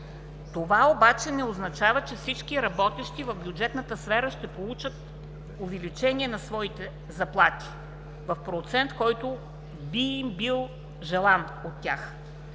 Това обаче не означава, че всички работещи в бюджетната сфера ще получат увеличение на своите заплати в процент, който би бил желан от тях.